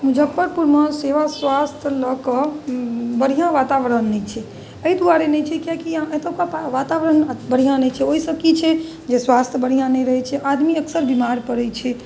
मुजफ्फरपुरमे सेवा स्वास्थ्य लऽ कऽ बढ़िआँ वातावरण नहि छै एहि दुआरे नहि छै कियाकि एतौका वातावरण बढ़िआँ नहि छै ओहिसँ की छै जे स्वास्थ्य बढ़िआँ नहि रहै छै आदमी अक्सर बीमार पड़ै छै